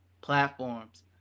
platforms